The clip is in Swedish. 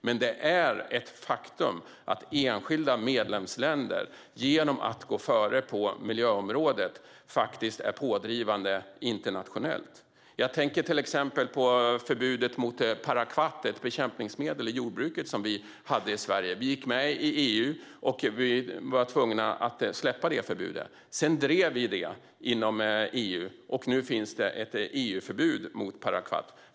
Men det är ett faktum att enskilda medlemsländer genom att gå före på miljöområdet faktiskt är pådrivande internationellt. Jag tänker till exempel på förbudet mot parakvat, ett bekämpningsmedel i jordbruket som fanns i Sverige. Sverige gick med i EU, och vi var tvungna att släppa det förbudet. Sedan drev Sverige frågan inom EU, och nu finns ett EU-förbud mot parakvat.